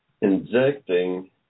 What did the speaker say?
injecting